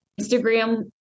Instagram